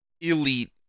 elite